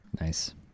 Nice